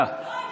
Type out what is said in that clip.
קטי,